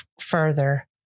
further